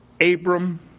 Abram